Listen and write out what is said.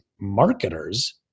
marketers